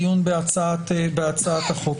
ולכן אנחנו פותחים מחדש את הדיון בהצעת החוק.